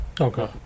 Okay